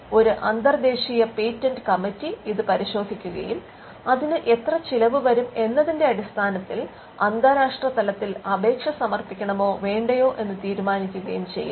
ഒരു അന്തർദ്ദേശീയ patent committee ഇത് പരിശോധിക്കുകയും അതിന് എത്ര ചിലവ് വരും എന്നതിന്റെ അടിസ്ഥാനത്തിൽ അന്താരാഷ്ട്രതലത്തിൽ അപേക്ഷ സമർപ്പിക്കണമോ വേണ്ടയോ എന്ന് തീരുമാനിക്കുകയും ചെയ്യുന്നു